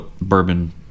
bourbon